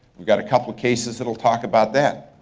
we've got a couple of cases that will talk about that.